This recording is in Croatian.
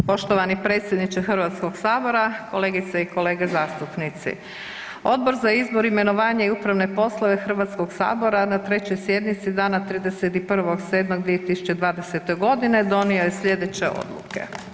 Poštovani predsjedniče Hrvatskog sabora, kolegice i kolege zastupnici, Odbor za izbor, imenovanje i upravne poslove Hrvatskog sabora na 3. sjednici dana 31.7.2020. godine donio je slijedeće odluke.